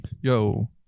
Yo